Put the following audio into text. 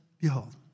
behold